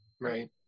Right